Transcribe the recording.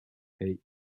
hey